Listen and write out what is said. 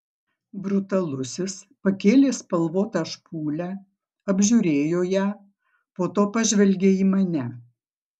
brutalusis pakėlė spalvotą špūlę apžiūrėjo ją po to pažvelgė į mane